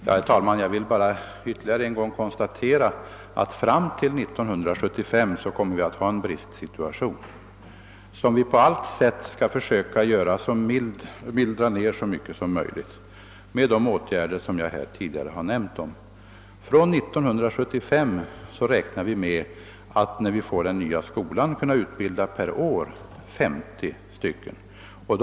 Herr talman! Jag vill ytterligare en gång konstatera att fram till 1975 kommer vi att ha en bristsituation som vi på allt sätt skall försöka förebygga genom de åtgärder som jag här tidigare har nämnt. När vi 1975 får den nya skolan räknar vi med att kunna utbilda 50 elever per år.